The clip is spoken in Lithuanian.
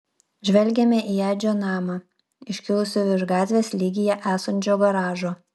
žvelgėme į edžio namą iškilusį virš gatvės lygyje esančio garažo